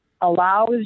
allows